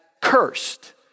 cursed